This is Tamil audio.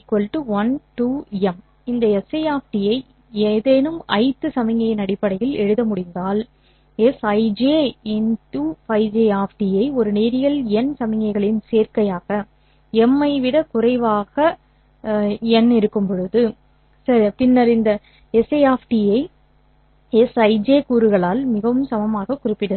1 2 M இந்த si ஐ ஏதேனும் ith சமிக்ஞையின் அடிப்படையில் எழுத முடிந்தால் sij Ф j ஐ ஒரு நேரியல் n சமிக்ஞைகளின் சேர்க்கை M ஐ விட குறைவாக சரி பின்னர் இந்த si ஐ சிஜ் கூறுகளால் மிகவும் சமமாக குறிப்பிடலாம்